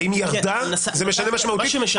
אם היא ירדה, זה משנה משמעותית?